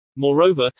Moreover